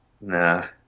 Nah